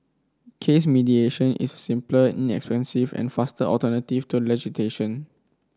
case mediation is a simpler inexpensive and faster alternative to